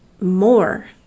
more